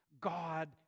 God